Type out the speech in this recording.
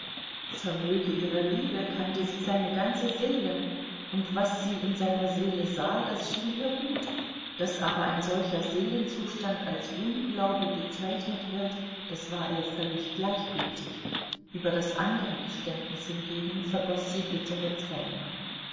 vermöge ihrer liebe kannte sie seine ganze seele und was sie in seiner seele sah das schien ihr gut daß aber ein solcher seelenzustand als unglaube bezeichnet wird das war ihr völlig gleichgültig über das andere geständnis hingegen vergoß sie bittere tränen